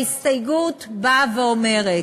ההסתייגות באה ואומרת: